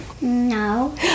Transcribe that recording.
No